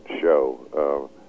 show